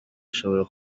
ishobora